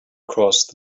cross